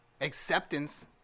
acceptance